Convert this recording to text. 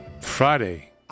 Friday